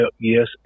yes